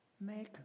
Make